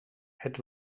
het